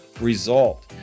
result